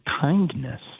kindness